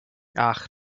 ach